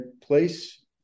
place